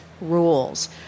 rules